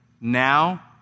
Now